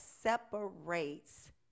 separates